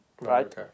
Right